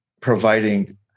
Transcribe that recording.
providing